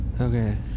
okay